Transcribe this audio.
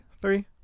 Three